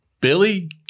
Billy